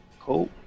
Cool